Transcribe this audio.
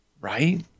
Right